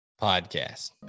podcast